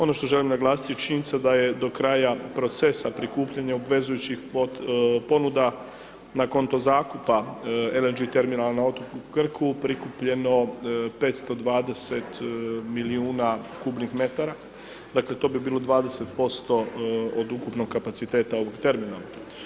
Ono što želim naglasiti je činjenica da je do kraja procesa prikupljanja obvezujućih ponuda na akonto zakupa LNG terminala na otoku Krku, prikupljeno 520 milijuna kubnih metara, dakle to bi bilo 20% od ukupnog kapaciteta ovog terminala.